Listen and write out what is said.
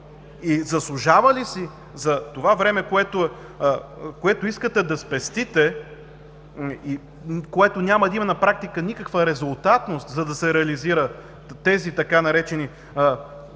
Заслужава ли си за това време, което искате да спестите, което няма да има на практика никаква резултатност, за да се реализират тези така наречени